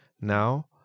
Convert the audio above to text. now